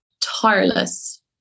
tireless